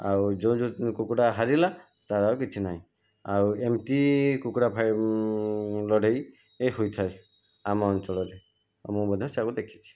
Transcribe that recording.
ଆଉ ଯେଉଁ ଯେଉଁ କୁକୁଡ଼ା ହାରିଲା ତାର ଆଉ କିଛି ନାହିଁ ଆଉ ଏମିତି କୁକୁଡ଼ା ଲଢ଼େଇ ଏଇ ହୋଇଥାଏ ଆମ ଅଞ୍ଚଳରେ ଆଉ ମୁଁ ମଧ୍ୟ ସେଇଆକୁ ଦେଖିଛି